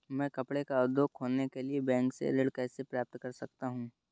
मैं कपड़े का उद्योग खोलने के लिए बैंक से ऋण कैसे प्राप्त कर सकता हूँ?